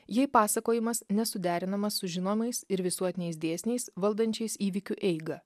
jei pasakojimas nesuderinamas su žinomais ir visuotiniais dėsniais valdančiais įvykių eigą